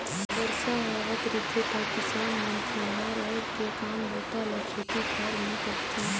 बरसा हावत रिथे त किसान मन खोम्हरा ओएढ़ के काम बूता ल खेती खाएर मे करथे